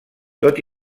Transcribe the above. tot